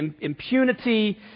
impunity